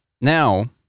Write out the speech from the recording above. now